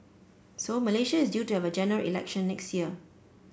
so Malaysia is due to have a General Election next year